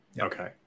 Okay